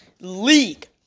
league